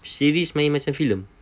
series main macam filem